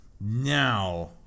Now